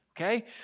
Okay